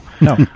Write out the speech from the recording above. no